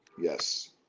Yes